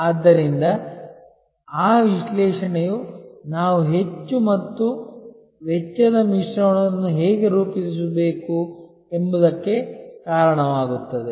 ಆದ್ದರಿಂದ ಆ ವಿಶ್ಲೇಷಣೆಯು ನಾವು ಹೆಚ್ಚು ಮತ್ತು ವೆಚ್ಚದ ಮಿಶ್ರಣವನ್ನು ಹೇಗೆ ರೂಪಿಸಬೇಕು ಎಂಬುದಕ್ಕೆ ಕಾರಣವಾಗುತ್ತದೆ